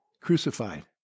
crucified